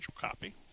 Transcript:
copy